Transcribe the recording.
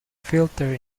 filter